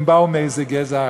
הם באו מאיזה גזע עליון,